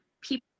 people